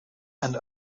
and